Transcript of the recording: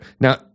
Now